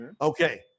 Okay